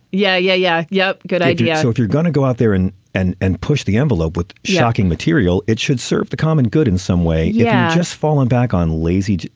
yeah yeah yeah yeah. good idea so if you're gonna go out there and and and push the envelope with shocking material it should serve the common good in some way. yeah just fallen back on lazy.